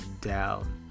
down